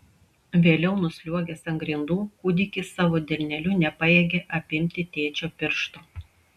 vėliau nusliuogęs ant grindų kūdikis savo delneliu nepajėgė apimti tėčio piršto